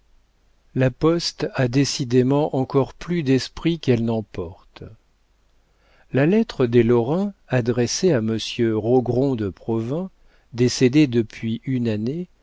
la poste a décidément encore plus d'esprit qu'elle n'en porte la lettre des lorrain adressée à monsieur rogron de provins décédé depuis une année